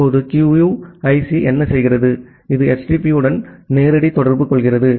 இப்போது QUIC என்ன செய்கிறது இது HTTP உடன் நேரடி தொடர்பு கொள்கிறது